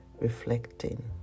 reflecting